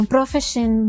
Profession